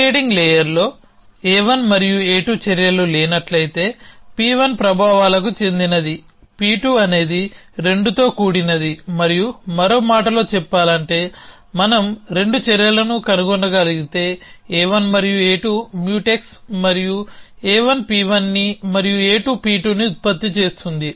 presiding లేయర్లో a1 మరియు a2 చర్యలు లేనట్లయితే P1 ప్రభావాలకు చెందినది P2 అనేది రెండుతో కూడినది మరియు మరో మాటలో చెప్పాలంటే మనం రెండు చర్యలను కనుగొనగలిగితే a1 మరియు a2 మ్యూటెక్స్ మరియు a1 P1ని మరియు a2 P2ని ఉత్పత్తి చేస్తుంది